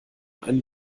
einen